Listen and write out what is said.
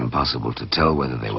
impossible to tell whether they